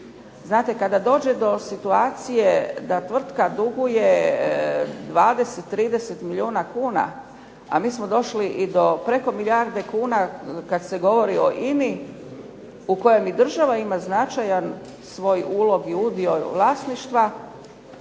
Znate kada dođe do situacije da tvrtka duguje 20, 30 milijuna kuna, a mi smo došli i do preko milijarde kuna kada se govori o INA-i u kojem i država ima značajan svoj ulog i udio vlasništva,